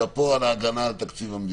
שאפו על ההגנה על תקציב המדינה.